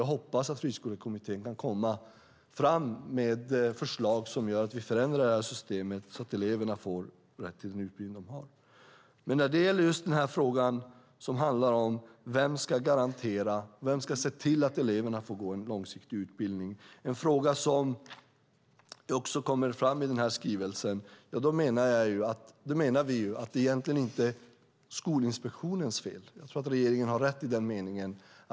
Jag hoppas att Friskolekommittén kan komma fram med förslag som gör att vi förändrar det här systemet så att eleverna får rätt till den utbildning de har. Men när det gäller just den fråga som handlar om vem som ska garantera och vem som ska se till att eleverna får gå en långsiktig utbildning - det är en fråga som också kommer fram i den här skrivelsen - menar vi att det egentligen inte är Skolinspektionens fel. Jag tror att regeringen har rätt i den meningen.